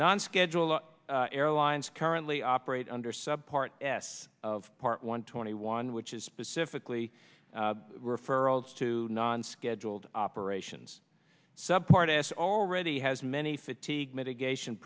nonscheduled airlines currently operate under sub part s of part one twenty one which is specifically referrals to non scheduled operations sub part s already has many fatigue mitigation